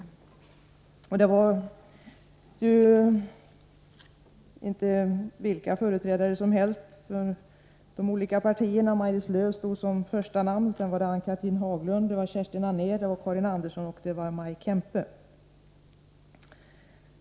Motionärerna var inte vilka företrädare som helst för de olika partierna. Maj-Lis Lööw stod som första namn, och sedan var det Ann-Cathrine Haglund, Kerstin Anér, Karin Andersson och Maj Kempe.